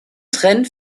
trend